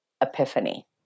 epiphany